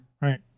right